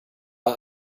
bei